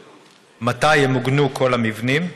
4. מתי ימוגנו כל המבנים?